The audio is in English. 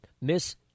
Miss